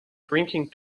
drinking